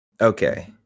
Okay